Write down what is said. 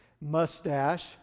Mustache